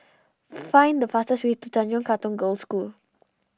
find the fastest way to Tanjong Katong Girls' School